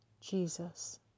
Jesus